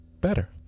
better